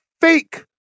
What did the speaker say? fake